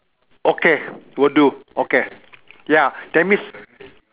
okay will do okay ya that means